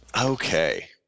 Okay